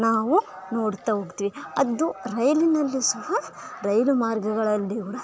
ನಾವು ನೋಡ್ತಾ ಹೋಗ್ತಿವಿ ಅದು ರೈಲಿನಲ್ಲಿ ಸಹ ರೈಲು ಮಾರ್ಗಗಳಲ್ಲಿ ಕೂಡ